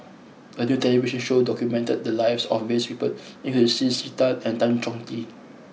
a new television show documented the lives of various people including C C Tan and Tan Chong Tee